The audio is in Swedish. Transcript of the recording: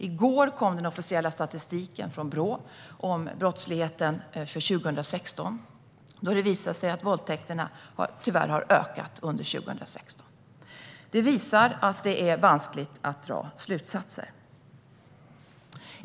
I går kom den officiella statistiken från Brå om brottsligheten för 2016 där det visar sig att våldtäkterna tyvärr har ökat under 2016. Det visar att det är vanskligt att dra slutsatser.